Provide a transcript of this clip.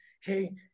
hey